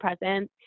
present